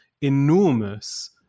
enormous